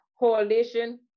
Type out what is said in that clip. Coalition